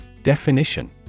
Definition